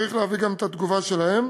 צריך להביא גם את התגובה שלהם.